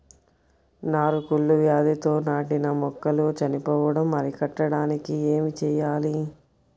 నారు కుళ్ళు వ్యాధితో నాటిన మొక్కలు చనిపోవడం అరికట్టడానికి ఏమి చేయాలి?